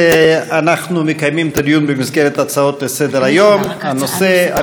אנחנו מקיימים את הדיון במסגרת הצעות לסדר-היום מס' 10789,